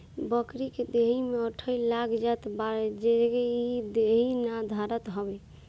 बकरी के देहि में अठइ लाग जात बा जेसे इ देहि ना धरत हवे